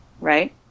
right